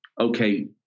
okay